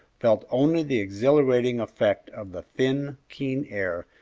felt only the exhilarating effect of the thin, keen air,